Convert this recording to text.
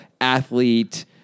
athlete